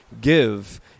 give